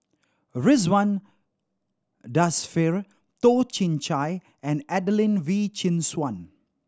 Ridzwan Dzafir Toh Chin Chye and Adelene Wee Chin Suan